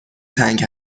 تنگ